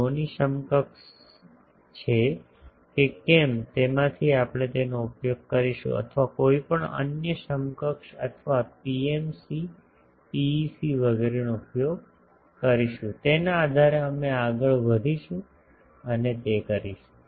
લો ની સમકક્ષ છે કે કેમ તેમાંથી આપણે તેનો ઉપયોગ કરીશું અથવા કોઈપણ અન્ય સમકક્ષ અથવા પીએમસી પીઈસી વગેરેનો ઉપયોગ કરીશું તેના આધારે અમે આગળ વધીશું અને તે કરીશું